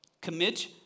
Commit